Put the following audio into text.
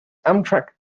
amtrak